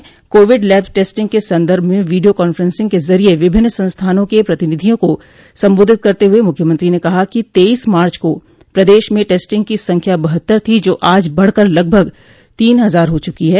Covid lab testing के सन्दर्भ में वीडियो कान्फेसिंग के जरिये विभिन्न संस्थानों के प्रतिनिधियों को संबोधित करते हुए मुख्यमंत्री ने कहा कि तेईस मार्च को प्रदेश में टेस्टिंग की संख्या बहत्तर थी जो आज बढ़कर लगभग तीन हजार हो चकी है